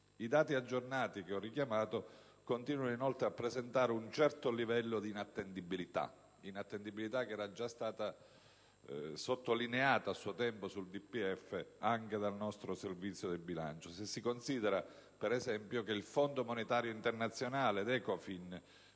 I dati aggiornati che ho richiamato continuano inoltre a presentare un certo livello di inattendibilità (inattendibilità che era già stata sottolineata a suo tempo sul DPEF anche dal nostro Servizio del bilancio) se si considera, per esempio, che il Fondo monetario internazionale e l'ECOFIN